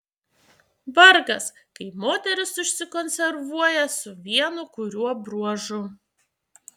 vargas kai moteris užsikonservuoja su vienu kuriuo bruožu